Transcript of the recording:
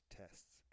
tests